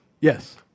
yes